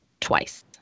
twice